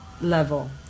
level